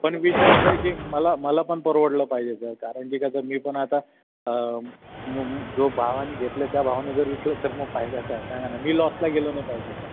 पण विषय असा आहे की मला मला पण परवडलं पाहिजे सर कारण की कसं मी पण आता मो जो भावाने घेतलं आहे त्या भावाने जर विकलं तर मग फायदा काय सांगा ना मी लॉसला गेलो नाही पाहिजेत ना